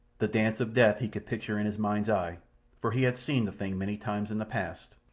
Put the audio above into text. the dance of death he could picture in his mind's eye for he had seen the thing many times in the past.